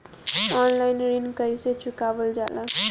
Online ऋण कईसे चुकावल जाला?